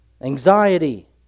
Anxiety